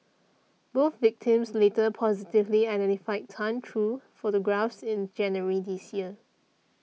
both victims later positively identified Tan through photographs in January this year